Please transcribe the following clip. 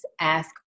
ask